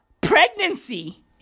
pregnancy